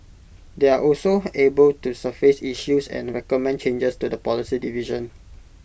they are also able to surface issues and recommend changes to the policy division